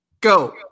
go